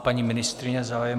Paní ministryně má zájem.